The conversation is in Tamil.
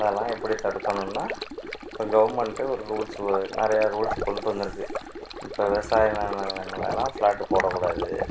அதெல்லாம் எப்படி தடுக்கணுன்னா இப்போ கவர்மெண்ட்டே ஒரு ரூல்ஸ் வ நிறையா ரூல்ஸ் கொண்ட்டு வந்துயிருக்கு இப்போ விவசாயமான நிலங்கள் எல்லாம் ஃப்ளாட்டு போடக்கூடாது